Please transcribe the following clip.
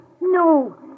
No